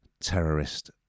terrorist